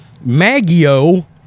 Maggio